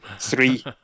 three